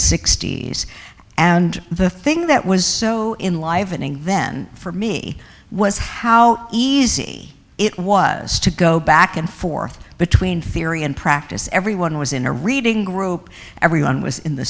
sixty's and the thing that was so in livening then for me was how easy it was to go back and forth between theory and practice everyone was in a reading group everyone was in the